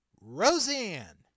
Roseanne